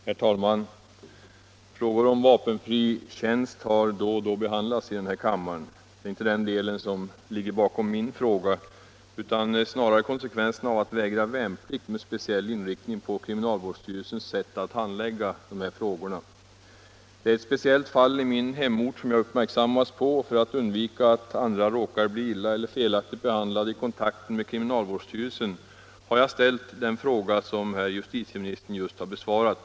Herr talman! Frågor om vapenfri tjänst har då och då behandlats i kammaren. Det är inte den delen av problemet som ligger bakom min fråga utan snarare konsekvenserna av att vägra värnplikt, med speciell inriktning på kriminalvårdsstyrelsens sätt att handlägga dessa frågor. Jag har uppmärksammats på ett speciellt fall i min hemort och för att undvika att andra råkar bli illa eller felaktigt behandlade i kontakten med kriminalvårdsstyrelsen har jag ställt den fråga som herr justitieministern just har besvarat.